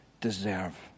deserve